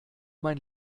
mein